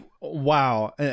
wow